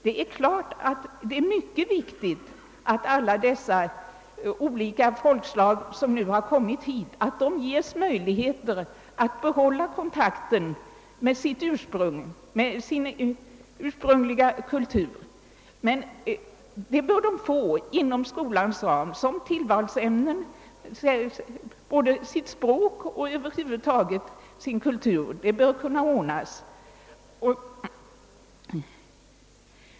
Det är mycket viktigt att alla de olika folkslag som nu har kommit hit ges möjligheter att behålla kontakten med sin ursprungliga kultur. Men det bör ske inom skolans ram som tillvalsämnen både vad det gäller språk och kultur. Detta bör kunna ordnas.